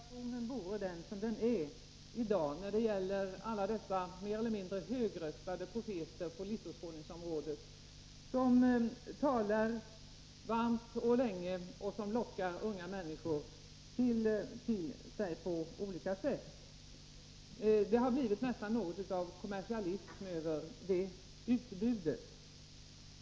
Herr talman! Jag skulle också, som statsrådet Göransson, önska att situationen inte vore som den är i dag när det gäller alla dessa mer eller mindre högröstade profeter på livsåskådningsområdet, som talar varmt och länge och som lockar unga människor till sig på olika sätt. Det har nästan blivit något av kommersialism över det utbudet.